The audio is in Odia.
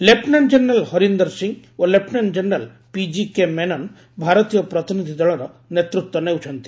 ଲେଫୁନାଣ୍ଟ ଜେନେରାଲ୍ ହରିନ୍ଦର ସିଂ ଓ ଲେଫୁନାଣ୍ଟ ଜେନେରାଲ ପିଜିକେ ମେନନ୍ ଭାରତୀୟ ପ୍ରତିନିଧି ଦଳର ନେତୃତ୍ୱ ନେଉଛନ୍ତି